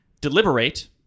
Deliberate